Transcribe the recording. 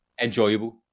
Enjoyable